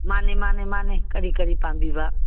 ꯃꯥꯟꯅꯦ ꯃꯥꯟꯅꯦ ꯃꯥꯟꯅꯦ ꯀꯔꯤ ꯀꯔꯤ ꯄꯥꯝꯕꯤꯕ